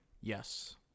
yes